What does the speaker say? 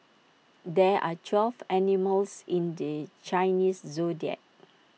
there are twelve animals in the Chinese Zodiac